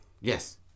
Yes